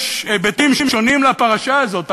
יש היבטים שונים לפרשה הזאת.